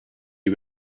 you